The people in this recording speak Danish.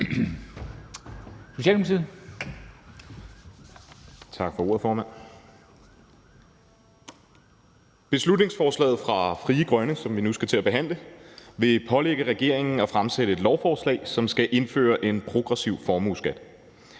Beslutningsforslaget fra Frie Grønne, som vi nu skal til at behandle, vil pålægge regeringen at fremsætte et lovforslag, som skal indføre en progressiv formueskat.